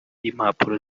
impapuro